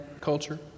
culture